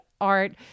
art